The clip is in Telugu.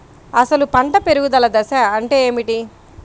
అసలు పంట పెరుగుదల దశ అంటే ఏమిటి?